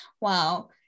Wow